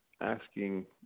asking